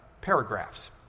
paragraphs